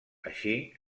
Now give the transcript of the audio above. així